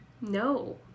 No